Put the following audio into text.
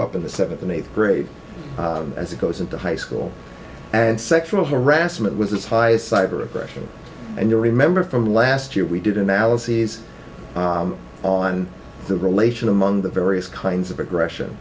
up in the seventh and eighth grade as it goes into high school and sexual harassment was its highest cyber aggression and you remember from last year we did analyses on the relation among the various kinds of aggression